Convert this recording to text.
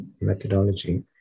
methodology